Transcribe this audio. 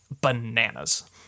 bananas